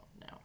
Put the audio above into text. no